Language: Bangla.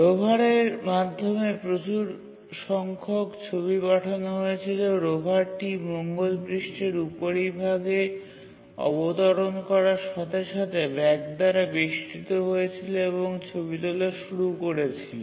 রোভারের মাধ্যমে প্রচুর সংখ্যক ছবি পাঠানো হয়েছিল রোভারটি মঙ্গল পৃষ্ঠের উপরিভাগে অবতরণ করার সাথে সাথে ব্যাগ দ্বারা বেষ্টিত হয়েছিল এবং ছবি তোলা শুরু করেছিল